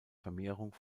vermehrung